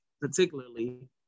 particularly